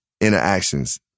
interactions